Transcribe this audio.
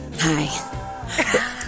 Hi